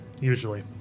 usually